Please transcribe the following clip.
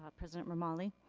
ah president romali.